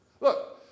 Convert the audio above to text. look